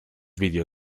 video